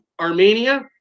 Armenia